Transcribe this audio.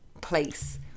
Place